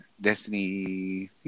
Destiny